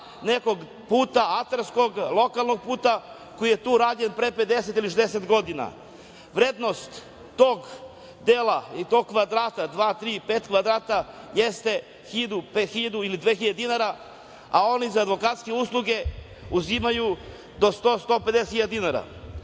nekog puta atarskog, lokalnog puta, koji je tu rađen pre 50 ili 60 godina. Vrednost tog dela i tog kvadrata, dva, tri, pet kvadrata jeste hiljadu ili dve hiljade dinara, a oni za advokatske usluge uzimaju do 100, 150 hiljada